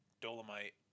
Dolomite